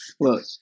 Look